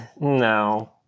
no